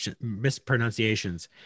mispronunciations